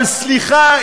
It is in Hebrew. אבל סליחה,